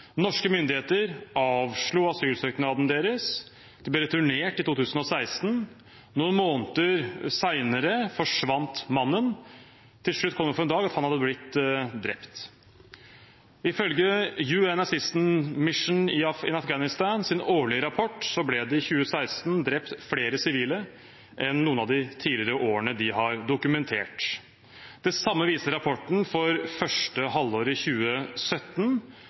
Norske myndigheter avslo asylsøknaden deres, de ble returnert i 2016, og noen måneder senere forsvant mannen. Til slutt kom det for en dag at han hadde blitt drept. Ifølge UN Assistance Mission in Afghanistans årlige rapport ble det i 2016 drept flere sivile enn i noen av de tidligere årene de har dokumentert. Det samme viser rapporten for første halvår i 2017